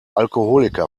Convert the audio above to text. alkoholiker